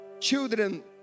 children